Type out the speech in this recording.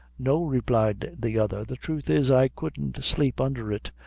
no, replied the other. the truth is, i couldn't sleep under it.